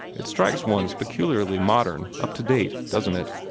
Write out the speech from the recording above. it strikes one as peculiarly modern, up-to-date, doesn't it?